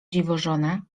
dziwożonę